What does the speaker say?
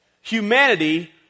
Humanity